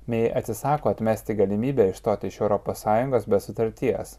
mei atsisako atmesti galimybę išstoti iš europos sąjungos be sutarties